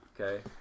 Okay